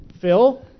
Phil